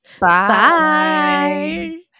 Bye